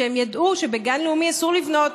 כשהם ידעו שבגן לאומי אסור לבנות,